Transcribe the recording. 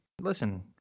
Listen